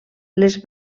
les